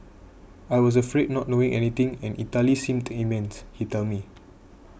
I was afraid not knowing anything and Italy seemed immense he tells me